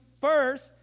first